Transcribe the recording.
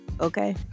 okay